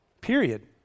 period